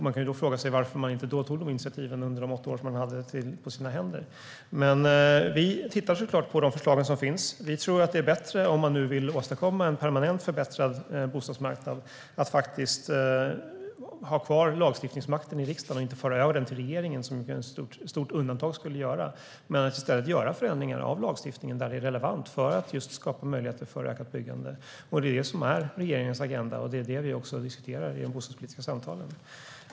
Man kan fråga sig varför de inte tog de initiativen under de åtta år som de hade på sina händer. Vi tittar såklart på de förslag som finns. Om man vill åstadkomma en permanent förbättrad bostadsmarknad tror vi att det är bättre att ha kvar lagstiftningsmakten i riksdagen och inte föra över den till regeringen som ett stort undantag skulle göra. I stället ska man göra förändringar av lagstiftningen där det är relevant för att just skapa möjligheter för ökat byggande. Det är regeringens agenda. Det är också det vi diskuterar i de bostadspolitiska samtalen.